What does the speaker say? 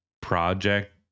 project